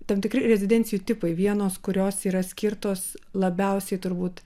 tam tikri rezidencijų tipai vienos kurios yra skirtos labiausiai turbūt